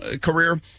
career